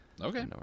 Okay